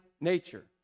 nature